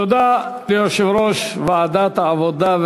תודה ליושב-ראש ועדת העבודה,